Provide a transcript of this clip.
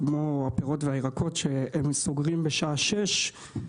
כמו הפירות והירקות, שסוגרים בשעה שש,